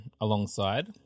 alongside